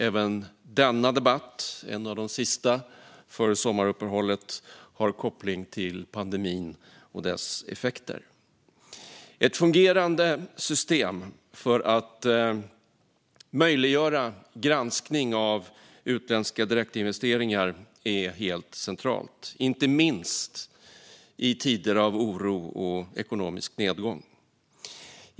Även denna debatt, en av de sista före sommaruppehållet, har koppling till pandemin och dess effekter. Ett fungerande system för att möjliggöra granskning av utländska direktinvesteringar är helt centralt, inte minst i tider av oro och ekonomisk nedgång.